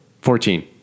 fourteen